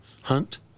hunt